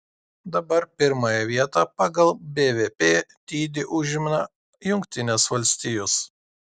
dabar pirmąją vietą pagal bvp dydį užima jungtinės valstijos